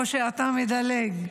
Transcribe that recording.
או שאתה מדלג.